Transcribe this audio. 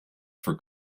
for